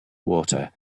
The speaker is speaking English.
water